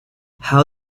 how